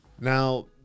Now